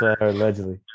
allegedly